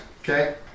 Okay